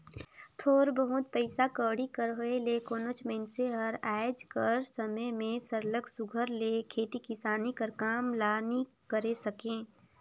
थोर बहुत पइसा कउड़ी कर होए ले कोनोच मइनसे हर आएज कर समे में सरलग सुग्घर ले खेती किसानी कर काम ल नी करे सके